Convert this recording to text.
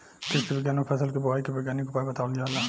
कृषि विज्ञान में फसल के बोआई के वैज्ञानिक उपाय बतावल जाला